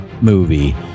movie